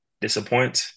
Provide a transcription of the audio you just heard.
disappoint